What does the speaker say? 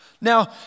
Now